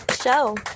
show